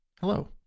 Hello